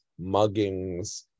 muggings